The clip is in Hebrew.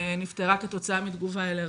נפטרה כתוצאה מתגובה אלרגית.